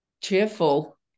cheerful